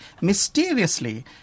mysteriously